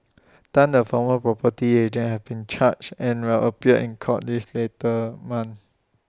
Tan the former property agent has been charged and will appear in court this later month